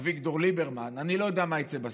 אביגדור ליברמן, אני לא יודע מה יצא בסוף.